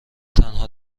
تنها